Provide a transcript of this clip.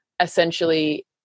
essentially